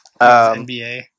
NBA